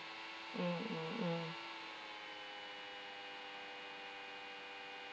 mm mm mm